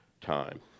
time